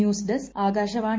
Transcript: news desk Akashvani